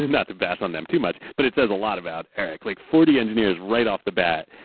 not to bash on them too much, but it says a lot about eric. like forty engineers right off the bat.